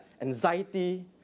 anxiety